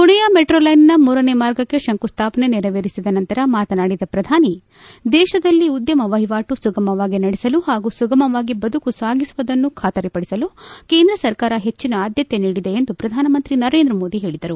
ಪುಣೆಯ ಮೆಟ್ರೋಲ್ಲೆನ್ನ ಮೂರನೇ ಮಾರ್ಗಕ್ಕೆ ಶಂಕು ಸ್ವಾಪನೆ ನೆರವೇರಿಸಿದ ನಂತರ ಮಾತನಾಡಿದ ಪ್ರಧಾನಿ ದೇಶದಲ್ಲಿ ಉದ್ದಮ ವಹಿವಾಟು ಸುಗಮವಾಗಿ ನಡೆಸಲು ಹಾಗೂ ಸುಗಮವಾಗಿ ಬದುಕು ಸಾಗಿಸುವುದನ್ನು ಬಾತರಿಪಡಿಸಲು ಕೇಂದ್ರ ಸರ್ಕಾರ ಹೆಚ್ಚಿನ ಆದ್ದತೆ ನೀಡಿದೆ ಎಂದು ಪ್ರಧಾನಮಂತ್ರಿ ನರೇಂದ್ರ ಮೋದಿ ಹೇಳಿದರು